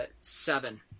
seven